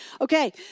Okay